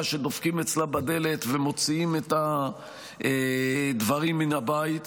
שדופקים אצלה בדלת ומוציאים את הדברים מן הבית,